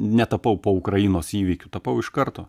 netapau po ukrainos įvykių tapau iš karto